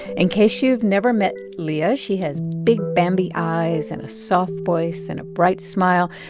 in case you've never met leah, she has big bambi eyes and a soft voice and a bright smile.